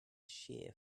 shear